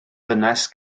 ddynes